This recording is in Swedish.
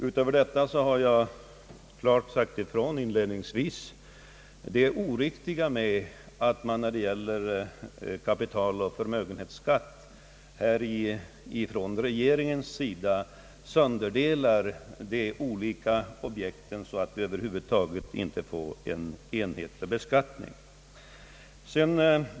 Inledningsvis har jag klart framhållit det oriktiga i att regeringen när det gäller kapitaloch förmögenhetsskatt sönderdelar de olika objekten så att vi över huvud taget inte får en enhetlig beskattning.